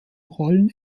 rollen